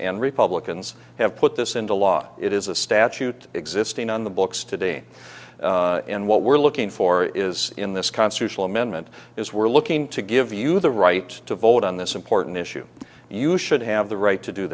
and republicans have put this into law it is a statute existing on the books today and what we're looking for is in this constitutional amendment is we're looking to give you the right to vote on this important issue you should have the right to do